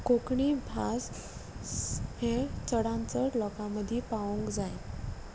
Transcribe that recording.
कोंकणी भास हें चडान चड लोकां मदीं पावोंक जाय